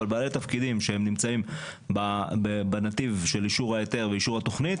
אבל בעלי תפקיד שנמצאים בנתיב של אישור ההיתר ואישור התוכנית.